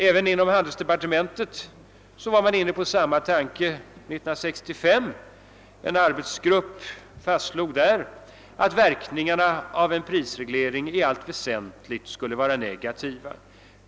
Även inom handelsdepartementet var man 1965 inne på samma tankegång. En arbetsgrupp fastslog då att »verkningarna av en prisreglering i allt väsentligt skulle vara negativa.